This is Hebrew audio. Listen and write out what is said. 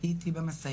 היא איתי ב"מסייעת".